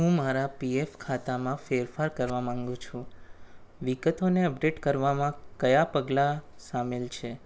હું મારા પીએફ ખાતામાં ફેરફાર કરવા માગું છું વિગતોને અપડેટ કરવામાં કયાં પગલાં સામેલ છે